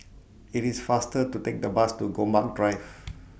IT IS faster to Take The Bus to Gombak Drive